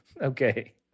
okay